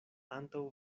antaŭ